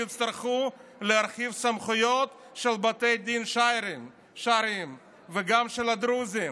תצטרכו להרחיב סמכויות של בתי דין שרעיים וגם של הדרוזיים.